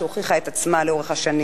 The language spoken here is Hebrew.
שהוכיחה עת עצמה לאורך שנים.